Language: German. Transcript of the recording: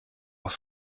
auch